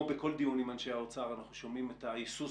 בכל דיון עם אנשי האוצר אנחנו שומעים את ההיסוס